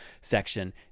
section